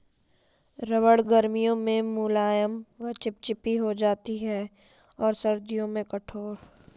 रबड़ गर्मियों में मुलायम व चिपचिपी हो जाती है और सर्दियों में कठोर